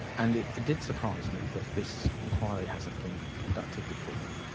and it it did surprise me that this enquiry hasn't been conducted before.